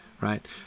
Right